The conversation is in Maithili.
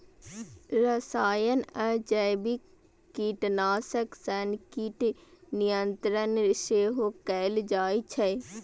रसायन आ जैविक कीटनाशक सं कीट नियंत्रण सेहो कैल जाइ छै